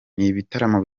n’ibitaramo